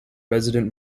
resident